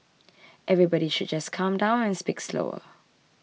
everybody should just calm down and speak slower